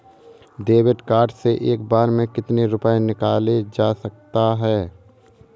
David card से एक बार में कितनी रूपए निकाले जा सकता है?